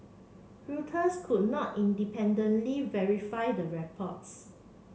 Reuters could not independently verify the reports